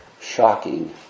shocking